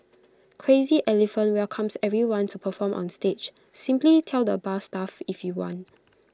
crazy elephant welcomes everyone to perform on stage simply tell the bar staff if you want